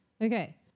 Okay